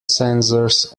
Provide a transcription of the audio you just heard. sensors